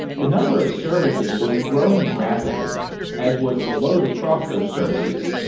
the number of services was growing rapidly as was the load across those services.